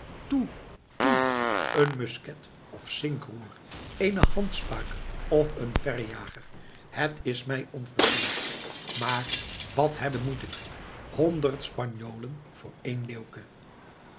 toe een musket of zinkroer eene handspaak of een verrejager het is mij onverschillig maar wat hebben moet ik honderd spanjolen voor één leeuwke